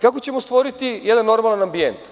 Kako ćemo stvoriti jedan normalan ambijent?